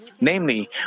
Namely